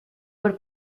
por